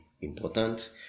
Important